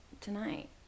tonight